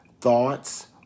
thoughts